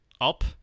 up